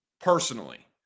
personally